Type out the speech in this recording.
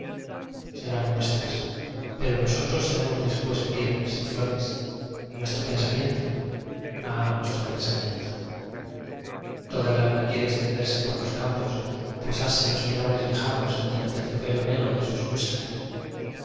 serán nuestras pero nosotros seremos después piedras y flores y nuestro pensa miento ah nuestro pensamiento toda el alma quiere extenderse por los cam pos y posarse en los pinares lejanos entre el terciopelo negro de sus músicas